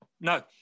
No